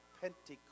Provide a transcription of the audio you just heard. Pentecost